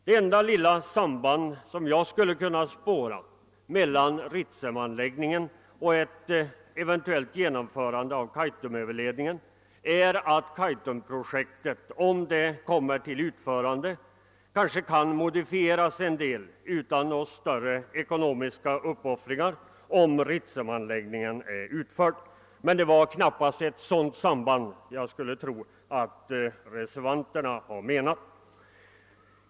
Det enda lilla samband, som jag skulle kunna spåra mellan Ritsemanläggningen och ett eventuellt genomförande av Kaitumöverledningen är att Kaitumprojektet, om det kommer till utförande, kanske kan modifieras en del utan några större ekonomiska uppoffringar efter det att Ritsemanläggningen har blivit verklighet. Jag skulle emellertid tro att det knappast varit ett sådant samband som reservanterna avsett.